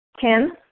Kim